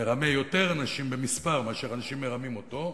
מרמה יותר אנשים במספר מאשר אנשים מרמים אותו,